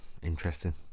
interesting